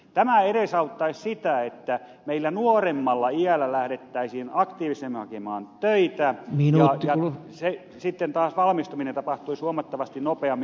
tämä edesauttaisi sitä että meillä nuoremmalla iällä lähdettäisiin aktiivisemmin hakemaan töitä ja sitten taas valmistuminen tapahtuisi huomattavasti nopeammin